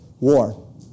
war